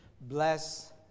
Bless